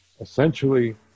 essentially